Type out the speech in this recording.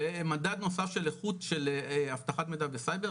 כן ומדד נוסף של איכות של אבטחת מידע וסייבר,